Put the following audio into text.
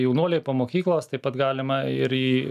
jaunuoliai po mokyklos taip pat galima ir į